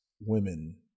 women